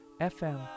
FM